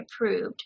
approved